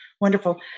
wonderful